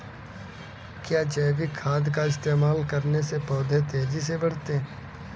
क्या जैविक खाद का इस्तेमाल करने से पौधे तेजी से बढ़ते हैं?